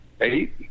Eight